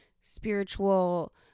spiritual